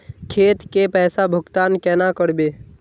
खेत के पैसा भुगतान केना करबे?